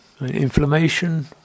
Inflammation